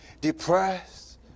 depressed